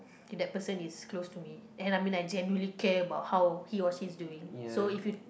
if that person is close to me and I mean I generally care about how he or she is doing so if you